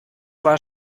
war